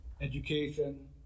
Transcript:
education